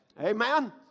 Amen